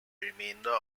remainder